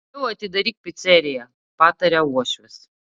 geriau atidaryk piceriją pataria uošvis